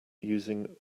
using